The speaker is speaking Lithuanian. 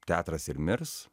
teatras ir mirs